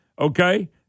okay